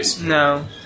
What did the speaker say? no